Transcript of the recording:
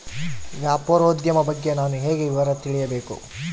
ವ್ಯಾಪಾರೋದ್ಯಮ ಬಗ್ಗೆ ನಾನು ಹೇಗೆ ವಿವರ ತಿಳಿಯಬೇಕು?